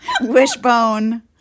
Wishbone